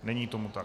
Není tomu tak.